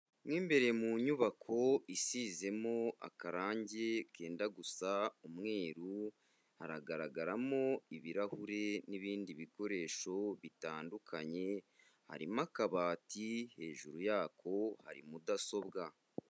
Mo imbere mu nyubako isizemo akarangi kenda gusa umweru, haragaragaramo ibirahure n'ibindi bikoresho bitandukanye, harimo akabati, hejuru yako hari mudasobwa.